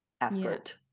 effort